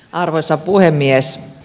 arvoisa puhemies